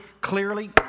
clearly